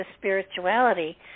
spirituality